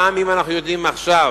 גם אם אנחנו יודעים עכשיו